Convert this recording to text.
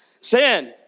Sin